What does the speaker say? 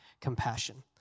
compassion